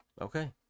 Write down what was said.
Okay